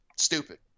Stupid